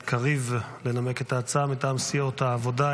קריב לנמק את ההצעה מטעם סיעות העבודה,